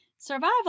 Survival